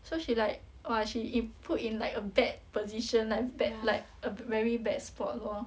so she like !wah! she in put in like a bad position like bad like a very bad spot lor